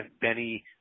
Benny